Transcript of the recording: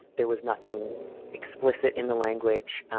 there was nothing explicit in the language,